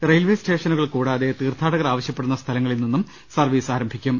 railway സ്റ്റേഷനുകൾ കൂടാതെ തീർത്ഥാടകർ ആവശ്യപ്പെടുന്ന സ്ഥലങ്ങളിൽ നിന്നും സർവീസ് ആരം ഭിക്കും